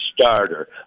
starter